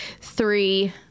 three